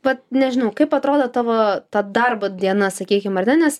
vat nežinau kaip atrodo tavo ta darbo diena sakykim ar ne nes